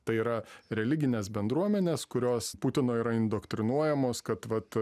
tai yra religinės bendruomenės kurios putino yra indoktrinuojamos kad vat